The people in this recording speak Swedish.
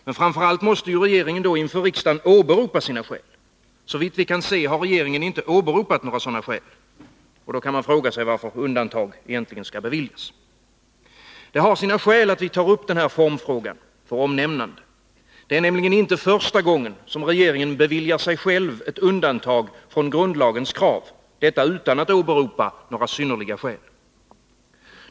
Men framför allt måste ju regeringen inför riksdagen åberopa sina skäl. Såvitt vi kan se, har regeringen inte åberopat några skäl. Varför skall då undantag beviljas? kan man fråga. Det har sina skäl att vi tar upp den här formfrågan. Det är nämligen inte första gången regeringen beviljar sig själv undantag från grundlagens krav — utan att åberopa några synnerliga skäl.